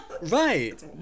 right